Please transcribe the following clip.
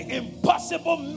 impossible